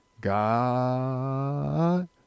God